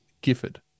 Gifford